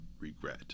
regret